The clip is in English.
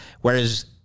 whereas